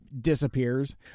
disappears